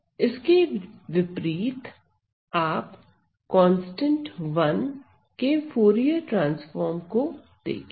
इसके विपरीत आप कांस्टेंट 1 के फूरिये ट्रांसफार्म को देखिए